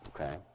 Okay